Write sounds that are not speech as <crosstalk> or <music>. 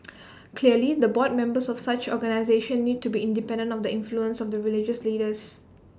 <noise> clearly the board members of such organisations need to be independent of the influence of the religious leaders